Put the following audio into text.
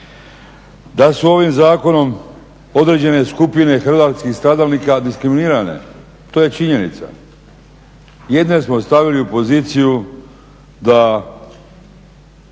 Da su ovim zakonom određene skupine hrvatskih stradalnika diskriminirane to je činjenica. Jedne smo stavili u poziciji da